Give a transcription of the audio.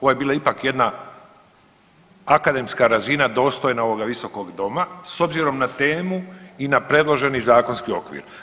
Ovo je bila ipak jedna akademska razina dostojna ovog visokog doma s obzirom na temu i na predloženi zakonski okvir.